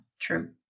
true